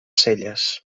celles